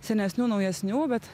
senesnių naujesnių bet